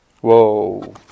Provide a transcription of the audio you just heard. Whoa